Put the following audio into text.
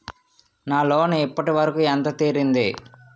నా లోన్ ఇప్పటి వరకూ ఎంత తీరింది?